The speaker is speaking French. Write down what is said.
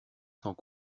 sans